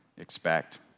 expect